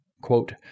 quote